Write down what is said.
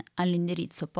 all'indirizzo